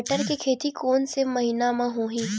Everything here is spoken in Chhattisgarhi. बटर के खेती कोन से महिना म होही?